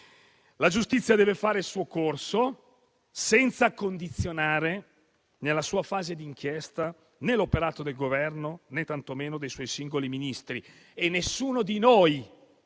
La giustizia deve fare il suo corso senza condizionare, nella sua fase di inchiesta, né l'operato del Governo, né tantomeno quello dei suoi singoli Ministri. E nessuno di noi